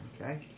Okay